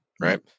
right